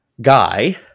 Guy